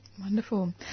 Wonderful